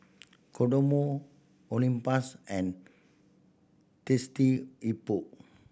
Kodomo Olympus and Thirsty Hippo